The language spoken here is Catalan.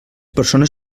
persones